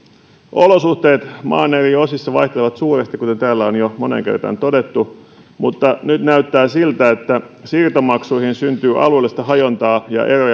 olosuhteet maan eri osissa vaihtelevat suuresti kuten täällä on jo moneen kertaan todettu mutta nyt näyttää siltä että siirtomaksuihin syntyy alueellista hajontaa ja eroja vielä